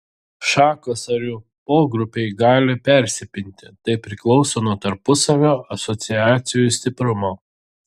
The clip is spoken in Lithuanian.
šakos ar jų pogrupiai gali persipinti tai priklauso nuo tarpusavio asociacijų stiprumo